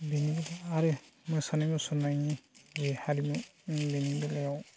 बिनि आरो मोसानाय मुसुरनायनि बे हारिमु बिनि बेलायाव